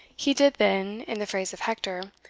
he did then, in the phrase of hector,